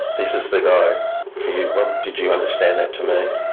this is the guy for you, what did you understand that to mean?